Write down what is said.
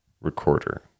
recorder